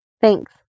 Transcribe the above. Thanks